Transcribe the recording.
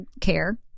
care